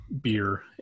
beer